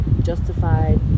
justified